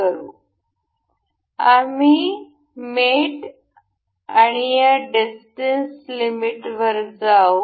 आम्ही मेट आणि या डिस्टेंस लिमिटवर जाऊ